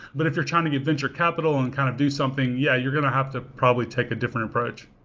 but if you're trying to get venture capital and kind of do something, yeah, you're going to have to probably take different approach.